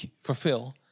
fulfill